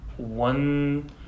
One